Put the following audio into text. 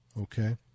okay